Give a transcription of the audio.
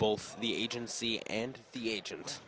both the agency and the agent